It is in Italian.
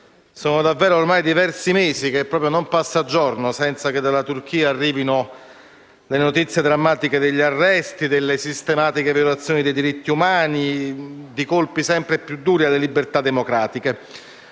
ormai da diversi mesi non passa giorno senza che dalla Turchia arrivino notizie drammatiche di arresti, di sistematiche violazioni dei diritti umani e di colpi sempre più duri alle libertà democratiche.